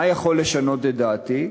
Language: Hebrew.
מה יכול לשנות את דעתי?